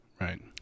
right